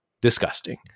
disgusting